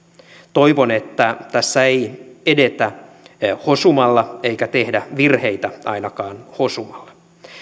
toivon että tässä ei edetä hosumalla eikä ainakaan tehdä virheitä hosumalla